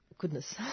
goodness